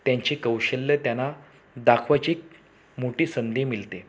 त्यांचे कौशल्य त्यांना दाखवायची एक मोठी संधी मिळते